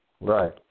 Right